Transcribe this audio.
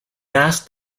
asked